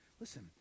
Listen